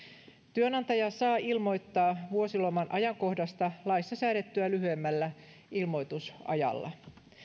työnantaja saa ilmoittaa vuosiloman ajankohdasta laissa säädettyä lyhyemmällä ilmoitusajalla